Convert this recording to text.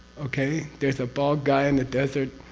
okay? there's a bald guy in the desert.